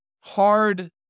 hard